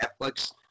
Netflix